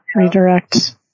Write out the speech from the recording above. redirect